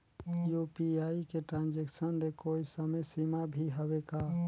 UPI के transaction ले कोई समय सीमा भी हवे का?